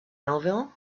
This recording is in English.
melville